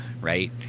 right